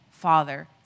Father